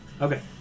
Okay